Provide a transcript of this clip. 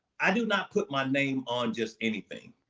i do not put my name on just anything,